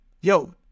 Yo